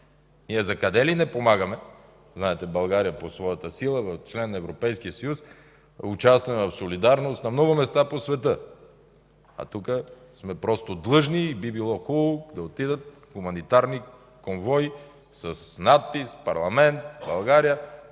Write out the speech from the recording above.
Ние за къде ли не помагаме? Знаете, България по своята сила на член на Европейския съюз участваме в солидарност на много места по света. Тук сме просто длъжни и би било хубаво да отидат хуманитарни конвои с надписа: „Парламент, България”.